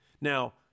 Now